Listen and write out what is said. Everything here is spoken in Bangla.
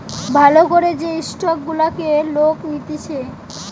ভাল করে যে স্টক গুলাকে লোক নিতেছে